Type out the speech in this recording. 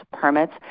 permits